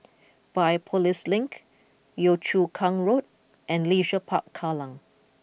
Biopolis Link Yio Chu Kang Road and Leisure Park Kallang